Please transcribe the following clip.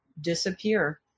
disappear